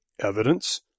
evidence